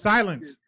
Silence